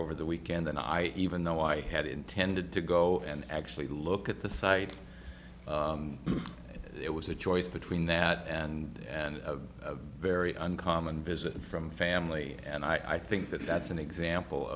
over the weekend and i even though i had intended to go and actually look at the site it was a choice between that and and a very uncommon visit from family and i think that that's an example